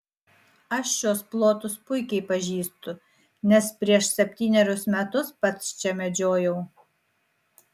aš šiuos plotus puikiai pažįstu nes prieš septynerius metus pats čia medžiojau